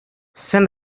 send